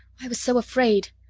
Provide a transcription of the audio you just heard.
i was so afraid!